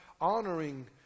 honoring